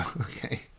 okay